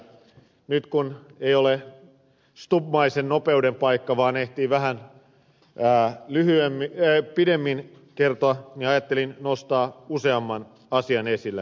nyt kun ei ole stubbmaisen nopeuden paikka vaan ehtii vähän pidemmin kertoa niin ajattelin nostaa useamman asian esille